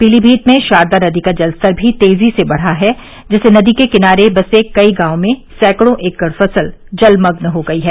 पीलीभीत में शारदा नदी का जलस्तर भी तेजी से बढ़ा है जिससे नदी के किनारे बसे कई गांवों में सैकड़ों एकड़ फसल जलमग्न हो गई है